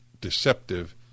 deceptive